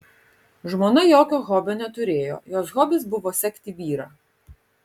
žmona jokio hobio neturėjo jos hobis buvo sekti vyrą